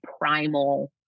primal